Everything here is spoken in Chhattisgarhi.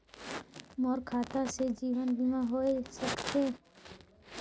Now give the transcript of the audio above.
मोर खाता से जीवन बीमा होए सकथे?